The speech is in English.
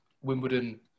Wimbledon